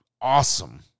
awesome